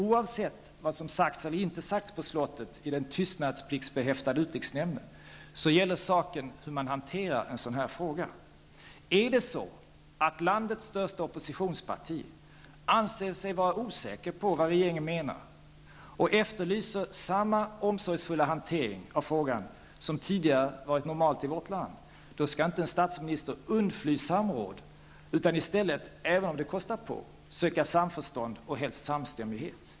Oavsett vad som sagts eller inte sagts på slottet i den tystnadspliktsbehäftade utrikesnämnden gäller saken hur man hanterar en sådan fråga. Är det så att landets största oppositionsparti anser sig vara osäkert på vad regeringen menar och efterlyser samma omsorgsfulla hantering av frågan som tidigare varit normalt i vårt land, skall inte en statsminister undfly samråd, utan i stället, även om det kostar på, söka samförstånd och helst samstämmighet.